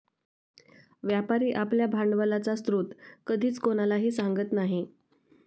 व्यापारी आपल्या भांडवलाचा स्रोत कधीच कोणालाही सांगत नाही